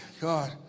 God